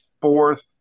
fourth